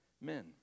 men